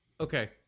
Okay